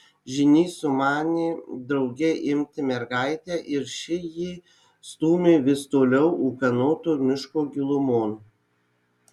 žynys sumanė drauge imti mergaitę ir ši jį stūmė vis toliau ūkanoto miško gilumon